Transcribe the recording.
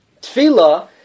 Tefillah